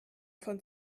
von